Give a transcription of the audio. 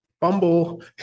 Bumble